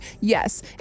Yes